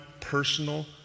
personal